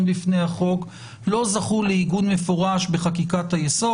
בפני החוק לא זכו לעיגון מפורש בחקיקת היסוד.